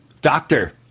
doctor